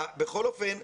בכל אופן,